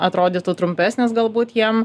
atrodytų trumpesnis galbūt jiem